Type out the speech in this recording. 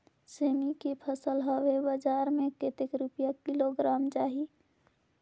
सेमी के फसल हवे बजार मे कतेक रुपिया किलोग्राम जाही?